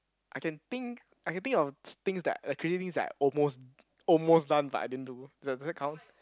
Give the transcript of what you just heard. I can think I can think of things that like crazy things that I almost almost done but I didn't do does does that count